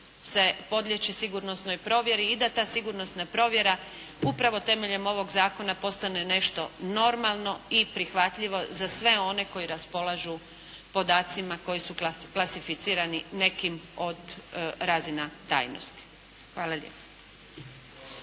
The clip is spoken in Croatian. se podlijeći sigurnosnoj provjeri i da ta sigurnosna provjera upravo temeljem ovog zakona postane nešto normalno u prihvatljivo za sve one koji raspolažu podacima koji su klasificirani nekim od razina tajnosti. Hvala lijepa.